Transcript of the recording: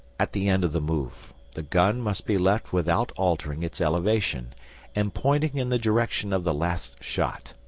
at the end of the move the gun must be left without altering its elevation and pointing in the direction of the last shot.